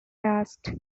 asked